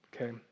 okay